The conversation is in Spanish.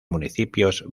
municipios